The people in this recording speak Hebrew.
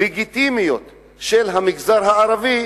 לגיטימיות של המגזר הערבי,